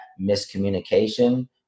miscommunication